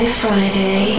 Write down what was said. Friday